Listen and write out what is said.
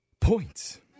Points